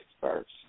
first